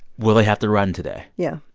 will they have to run today? yeah.